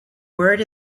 word